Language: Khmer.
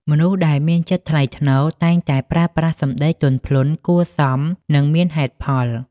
មនុស្សដែលមានចិត្តថ្លៃថ្នូរ តែងតែប្រើប្រាស់សម្ដីទន់ភ្លន់ គួរសម និងមានហេតុផល។